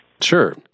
sure